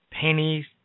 pennies